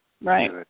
Right